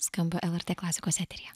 skamba lrt klasikos eteryje